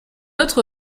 autre